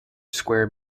square